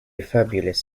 fabulous